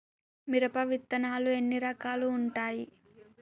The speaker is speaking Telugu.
మిరప విత్తనాలు ఎన్ని రకాలు ఉంటాయి?